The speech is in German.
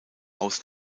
aus